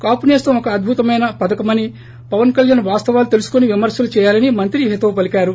కాపు నేస్తం ఒక అద్భుతమైన పధకమని పవన్ కళ్యాణ్ వాస్తవాలను తెలుసుకొని విమర్శలు చేయాలని మంత్రి హితవు పలికారు